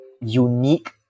unique